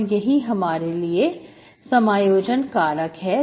और यही हमारे लिए समायोजन कारक है